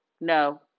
No